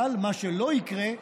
אבל מה שלא יקרה,